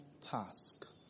task